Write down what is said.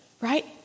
right